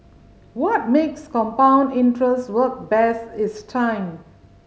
what makes compound interest work best is time